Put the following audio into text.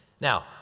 Now